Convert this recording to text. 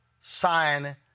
sign